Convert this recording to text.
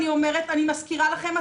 אני מזכירה לכם,